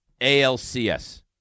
ALCS